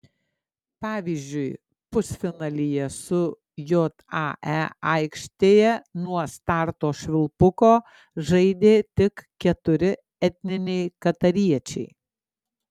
pavyzdžiui pusfinalyje su jae aikštėje nuo starto švilpuko žaidė tik keturi etniniai katariečiai